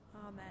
Amen